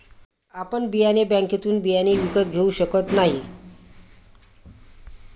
आपण बियाणे बँकेतून बियाणे विकत घेऊ शकत नाही